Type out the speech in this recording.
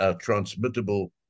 transmittable